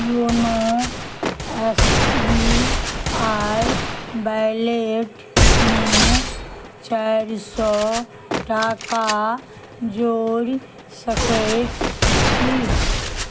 YONO S B I बैलेटमे चारि सओ टाका जोड़ि सकैत छी